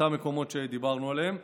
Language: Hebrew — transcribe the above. אותם מקומות שדיברנו עליהם.